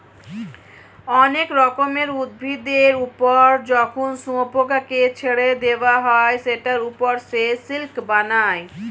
অনেক রকমের উভিদের ওপর যখন শুয়োপোকাকে ছেড়ে দেওয়া হয় সেটার ওপর সে সিল্ক বানায়